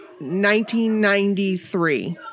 1993